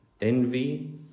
envy